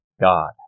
God